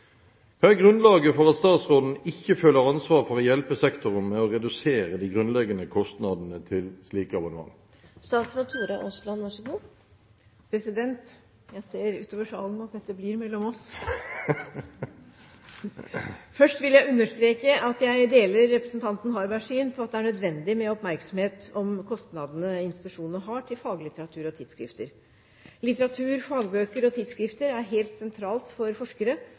grunnlaget for at statsråden ikke føler ansvar for å hjelpe sektoren med å redusere de grunnleggende kostnadene til slike abonnement?» Jeg ser utover salen at dette blir mellom oss! Først vil jeg understreke at jeg deler representanten Harbergs syn på at det er nødvendig med oppmerksomhet om kostnadene institusjonene har til faglitteratur og tidsskrifter. Litteratur, fagbøker og tidsskrifter er helt sentralt for forskere.